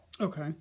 Okay